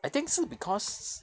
I think 是 because